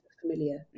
familiar